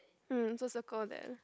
mm so circle that